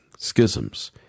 schisms